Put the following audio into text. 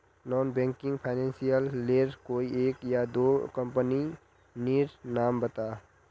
Non banking financial लेर कोई एक या दो कंपनी नीर नाम बता?